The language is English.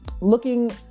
looking